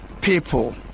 people